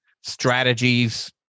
strategies